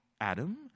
Adam